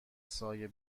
سایه